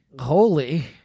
Holy